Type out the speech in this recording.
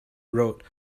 wrote